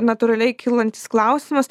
natūraliai kylantis klausimas